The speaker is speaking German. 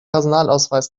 personalausweis